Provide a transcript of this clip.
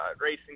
racing